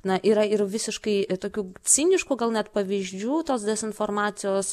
na yra ir visiškai tokių ciniškų gal net pavyzdžių tos dezinformacijos